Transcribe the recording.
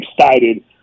excited